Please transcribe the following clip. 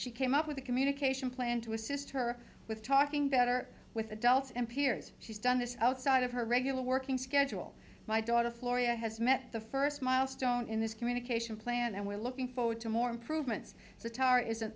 she came up with a communication plan to assist her with talking better with adults and peers she's done this outside of her regular working schedule my daughter floria has met the first milestone in this communication plan and we're looking forward to more improvements so tar is an